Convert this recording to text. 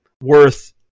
worth